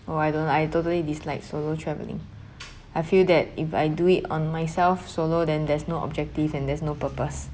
well I don't I totally dislike solo traveling I feel that if I do it on myself solo then there's no objective and there's no purpose